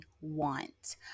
want